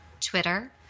Twitter